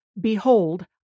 Behold